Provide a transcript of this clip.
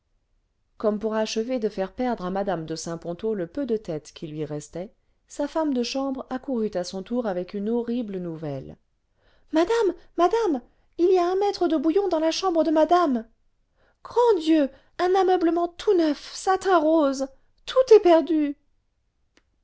comme pour achever de faire perdre à mmc de saint ponto le peu de tête qui lui restait sa femme de chambre accourut à son tour avec une horrible nouvelle madame madame il y a un mètre de bouillon'dans la chambre de madame grand dieu un ameublement tout neuf satin rose tout est perdu